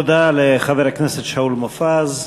תודה לחבר הכנסת שאול מופז.